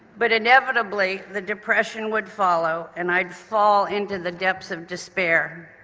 but inevitably the depression would follow and i'd fall into the depths of despair.